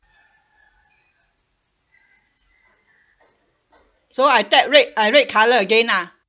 so I tap red uh red colour again ah